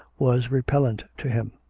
was repellent to him.